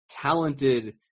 talented